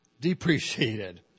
depreciated